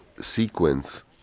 sequence